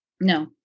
No